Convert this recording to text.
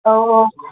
औ औ